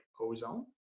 ozone